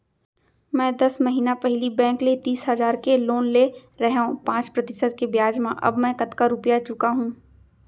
मैं दस महिना पहिली बैंक ले तीस हजार के लोन ले रहेंव पाँच प्रतिशत के ब्याज म अब मैं कतका रुपिया चुका हूँ?